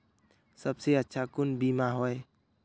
सबसे अच्छा कुन बिमा होय?